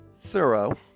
thorough